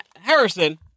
Harrison